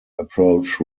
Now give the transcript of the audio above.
approach